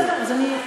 בסדר, אז אני,